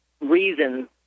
reason